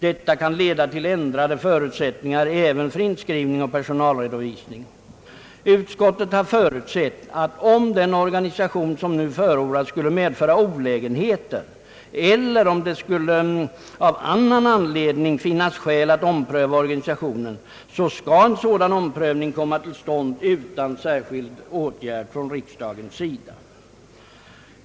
Detta kan leda till ändrade förutsättningar även för inskrivning och personalredovisning. Utskottet har förutsatt att om den organisation som nu förordats skulle medföra olägenheter eller om det av annan anledning skulle finnas skäl att ompröva organisationen, så skall en sådan omprövning komma till stånd utan särskild åtgärd från riksdagens sida.